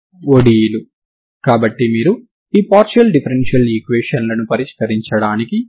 వాటిని మీరు పరిష్కారాలు అని అనుకోవడం వల్ల అవి వీటిని సంతృప్తి పరుస్తాయి సరేనా